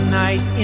night